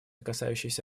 касающиеся